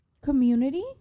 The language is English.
community